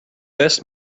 best